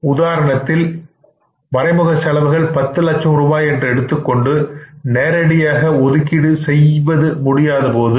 நம் உதாரணத்தில்மறைமுக செலவுகள் 10 லட்சம் ரூபாய் என்று எடுத்துக் கொண்டு நேரடியாக ஒதுக்கீடு செய்வது முடியாதபோது